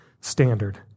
standard